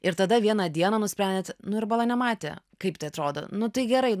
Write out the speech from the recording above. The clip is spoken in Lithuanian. ir tada vieną dieną nusprendėt nu ir bala nematė kaip tai atrodo nu tai gerai